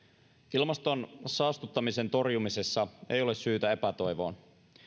ilmaston saastuttamisen torjumisessa ei ole syytä epätoivoon